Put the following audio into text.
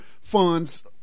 funds